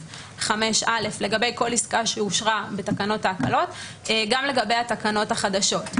37א(5א) לגבי כל עסקה שאושרה בתקנות ההקלות גם לגבי התקנות החדשות.